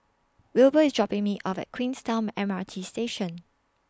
Wilbur IS dropping Me off At Queenstown M R T Station